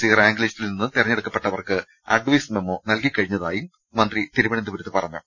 C rank ലിസ്റ്റിൽ നിന്ന് തെരഞ്ഞെടുത്തവർക്ക് അഡൈസ് മെമ്മോ നൽകി ക്കഴിഞ്ഞതായും മന്ത്രി തിരുവനന്തപുരത്ത് പറഞ്ഞു